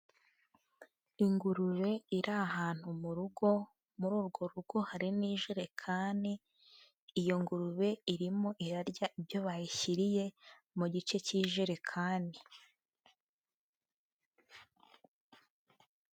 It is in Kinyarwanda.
Ingurube iri ahantu mu rugo, muri urwo rugo hari n'ijerekani, iyo ngurube irimo irarya ibyo bayishyiriye mu gice cy'ijerekani.